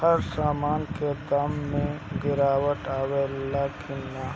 हर सामन के दाम मे गीरावट आवेला कि न?